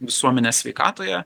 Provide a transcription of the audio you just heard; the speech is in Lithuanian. visuomenės sveikatoje